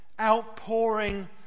outpouring